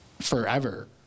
forever